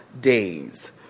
days